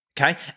okay